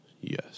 Yes